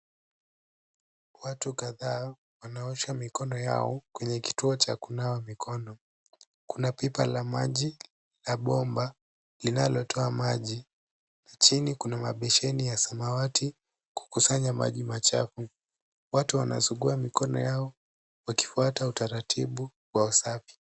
Watu kadhaa wanaosha mikono yao kwenye kituo cha kunawa mikono. Kuna pipa la maji na bomba linalotoa maji. Chini kuna mabesheni ya samawati kukusanya maji machafu. Watu wanasuguwa mikono yao wakifuata utaratibu wa usafi.